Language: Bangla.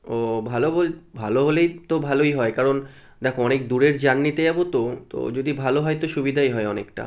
ও ভালো বল ভালো হলেই তো ভালোই হয় কারণ দেখো অনেক দূরের জার্নিতে যাবো তো তো যদি ভালো হয় তো সুবিধাই হয় অনেকটা